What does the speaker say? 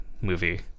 movie